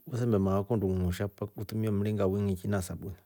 Wesambia maako undusha mpaka utumie mringa wiingi na sabauni